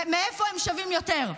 מאיפה הם שווים יותר?